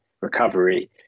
recovery